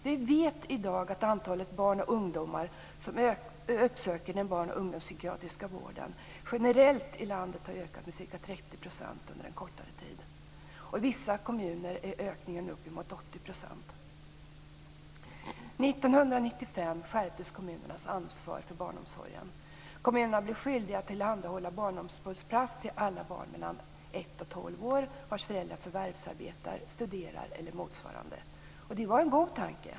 Vi vet i dag att antalet barn och ungdomar som uppsöker den barn och ungdomspsykiatriska vården generellt har ökat i landet med ca 30 % under en kort tid. I vissa kommuner är ökningen uppemot 80 %. År Det var en god tanke.